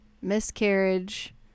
miscarriage